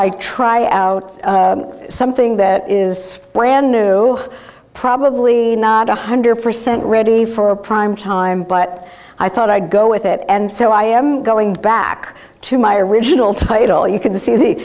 i try out something that is brand new probably not one hundred percent ready for prime time but i thought i'd go with it and so i am going back to my original title you can see the